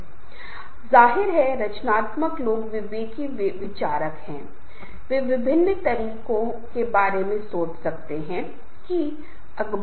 यदि यह स्वीकार्य नहीं है तो इसे लागू नहीं किया जाना चाहिए लेकिन कोई व्यक्ति विभिन्न कारणों से लगाने की कोशिश कर रहा है तो शायद लंबे समय में यह मदद करने वाला नहीं है